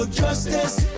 justice